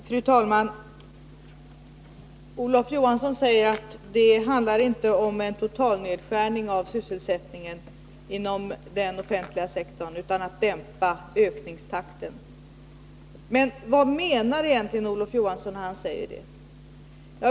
Fru talman! Olof Johansson säger att det inte handlar om en totalnedskärning av sysselsättningen inom den offentliga sektorn utan om en dämpning av ökningstakten. Vad menar Olof Johansson egentligen när han säger detta?